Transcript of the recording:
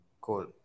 cool